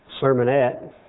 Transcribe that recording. sermonette